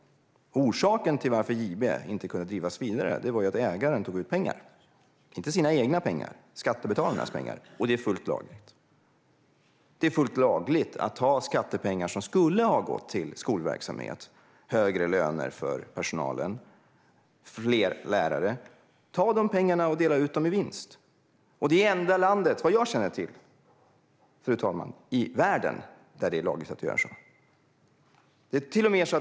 Orsaken till att JB inte kunde drivas vidare var att ägaren tog ut pengar - inte sina egna pengar utan skattebetalarnas pengar. Det är fullt lagligt att ta skattepengar som skulle ha gått till skolverksamhet, högre löner för personalen och fler lärare och dela ut dem i vinst. Det här är det enda landet i världen, vad jag känner till, fru talman, där det är lagligt att göra så.